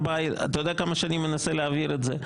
יודע כמה שנים האוצר מנסה להעביר את זה?